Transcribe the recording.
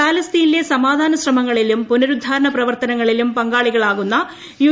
പാലസ്തീനിലെ സമാധാന ശ്രമങ്ങളിലും പുനരുദ്ധാരണ പ്രവർത്തന ങ്ങളിലും പങ്കാളികളാകുന്ന യു